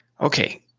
Okay